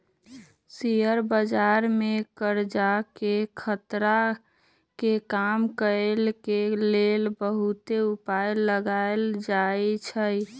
share बजार में करजाके खतरा के कम करए के लेल बहुते उपाय लगाएल जाएछइ